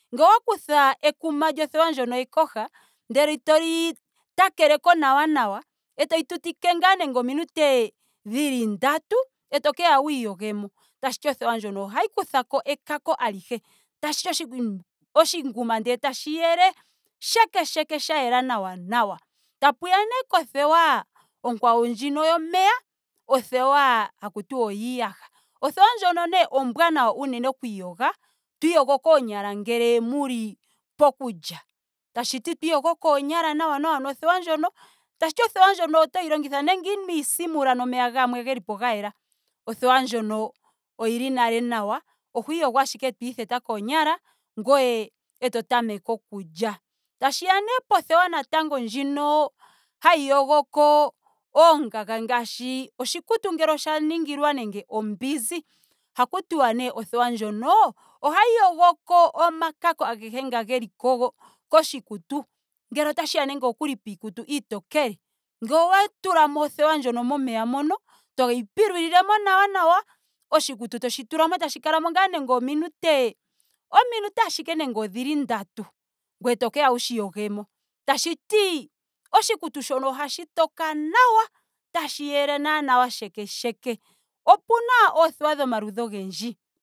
Ngele owa kutha ekuma lyothewa ndjono yekoha ndele toli takeleko nawa nawa etoyi tutike ngaa nando ominute dhili ndatu. eto keye wuyi yogemo. tashiti othewa ndjono ohayi kuthako ekako alihe. Tashiti oshi oshinguma ndele tashi yele sheke sheke sha yela na nawa. Takuya nee kothewa onkwawo ndjino yomeya. othewa haku tiwa oyiiiyaha. Othewa nee ndjono ombwaanawa unene okwiiyoga. to iyogo koonyala ngele muli poku lya. Tashiti to iyogo koonyala nawa nawa nothewa ndjono. tashiti othewa ndjono otayo longitha nenge ino isimula nomeya gamwe gelipo ga yela. othewa ndjono oyili nale nawa. oho iyogo ashike eto itheta koonyala. ngoye eto tameke oku lya. Tashi ya natango kothewa ndjino hayi yogoko oongaga ngaashi oshikutu ngele osha ningilwa nande ombinzi. ohaku tiwa nee othewa ndjono ohayi yogoko omakako agehe ngoka geli ko- koshikutu. Ngele otashiya nookuli kiikutu iitokele. Ngele owa tulamo othewa ndjono momeya mono. toyi pilulilemo nawa nawa. sohikutu etoshi tulamo. etashi kala nando ominutte. ominute dhili nando ndatu ngweye tokeya wushi yogemo. tashiti oshikutu shono ohashi toka nawa. tashi yele naana sheke sheke. Opena oothewa dhomaludhi ogendji